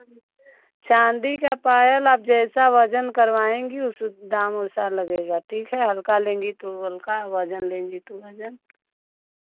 चाँदी का पायल आप जैसा वजन करवाएँगी उस दाम वैसा लगेगा ठीक है हल्का लेंगी तो हल्का वजन लेंगी तो वजन